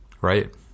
Right